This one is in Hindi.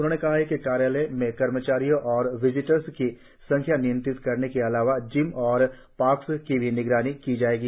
उन्होंने कहा कि कार्यालयों में कर्मचारियों और विजिटर्स की संख्या नियंत्रित करने के अलावा जीम और पार्क की भी निगरानी की जाएगी